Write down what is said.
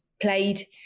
played